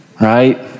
right